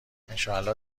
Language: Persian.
انشاالله